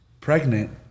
pregnant